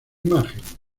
imagen